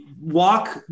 Walk